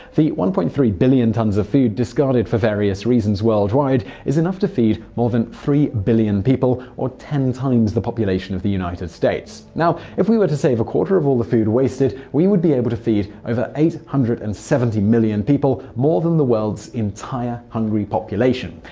the one point three billion tons of food discarded for various reasons worldwide is enough to feed more than three billion people, or ten times the population of the united states. now, if we were to save a quarter of all the food wasted, we would be able to feed over eight hundred and seventy million people more that the world's entire hungry population.